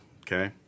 Okay